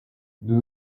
nous